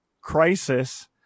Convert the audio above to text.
crisis